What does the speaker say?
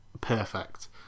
perfect